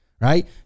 right